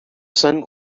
son